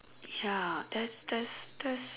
ya that's that's that's